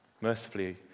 Mercifully